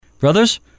Brothers